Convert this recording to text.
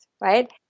right